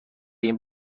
این